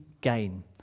gain